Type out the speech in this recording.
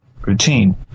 routine